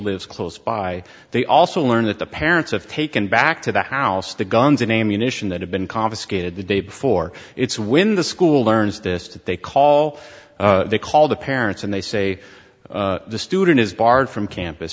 lives close by they also learn that the parents of taken back to the house the guns and ammunition that have been confiscated the day before it's when the school learns this that they call they call the parents and they say the student is barred from campus